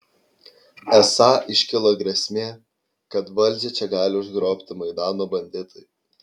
esą iškilo grėsmė kad valdžią čia gali užgrobti maidano banditai